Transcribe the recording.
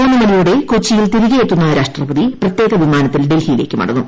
മൂന്ന് മണിയോടെ കൊച്ചിയിൽ തിരികെ എത്തുന്ന രാഷ്ട്രപതി പ്രത്യേക വിമാനത്തിൽ ഡൽഹിയിലേക്ക് മടങ്ങും